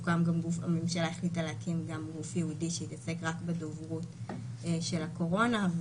הממשלה החליטה להקים גוף ייעודי שיתעסק רק בדוברות של הקורונה.